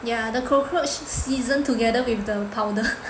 ya the cockroach season together with the powder